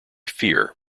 fear